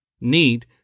Need